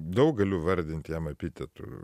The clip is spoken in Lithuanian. daug galiu vardint jam epitetų